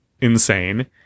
insane